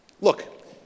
Look